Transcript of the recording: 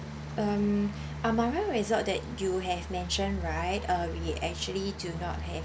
um resort that you have mention right uh we actually do not have